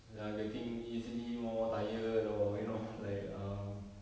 ya getting easily more tired or you know like um